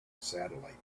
satellite